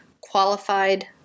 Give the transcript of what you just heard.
qualified